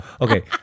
Okay